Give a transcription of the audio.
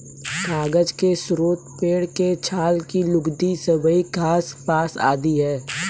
कागज के स्रोत पेड़ के छाल की लुगदी, सबई घास, बाँस आदि हैं